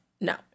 No